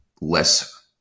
less